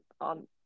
on